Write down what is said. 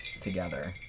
together